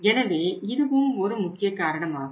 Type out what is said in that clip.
எனவே இதுவும் ஒரு முக்கிய காரணமாகும்